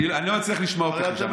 אני לא מצליח לשמוע אותך משם,